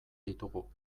ditugu